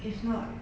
if not